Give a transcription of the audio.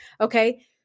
Okay